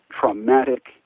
traumatic